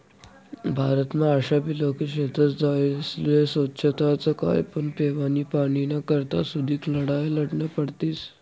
भारतमा आशाबी लोके शेतस ज्यास्ले सोच्छताच काय पण पेवानी पाणीना करता सुदीक लढाया लढन्या पडतीस